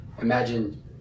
Imagine